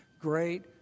Great